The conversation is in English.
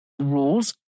rules